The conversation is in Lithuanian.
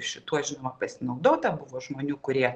šituo žinoma pasinaudota buvo žmonių kurie